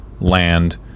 land